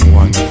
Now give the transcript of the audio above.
one